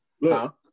Look